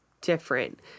different